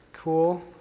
Cool